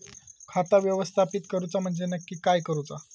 खाता व्यवस्थापित करूचा म्हणजे नक्की काय करूचा?